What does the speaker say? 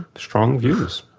strong views.